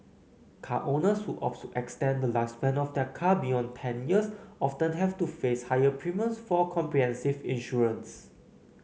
car owners who opt to extend the lifespan of their car beyond ten years often have to face higher premiums for comprehensive insurance